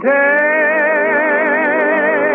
day